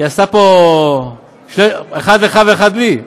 היא עשתה פה אחד לך ואחד לי?